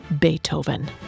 Beethoven